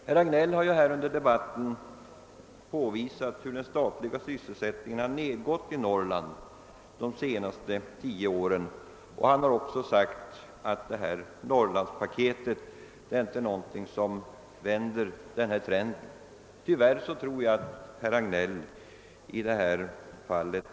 Herr Hagnell har — även här under debatten — påvisat hur den statliga sysselsättningen i Norrland har nedgått de senaste tio åren, och han har också sagt att »Norrlandspaketet» inte vänder den trenden. Tyvärr tror jag att herr Hagnell har rätt i det fallet.